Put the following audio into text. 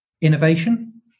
innovation